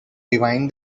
rewind